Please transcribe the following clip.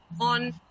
on